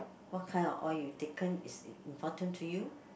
what kind of oil you taken is important to you